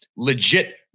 Legit